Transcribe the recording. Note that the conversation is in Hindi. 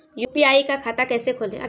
यू.पी.आई का खाता कैसे खोलें?